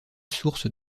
source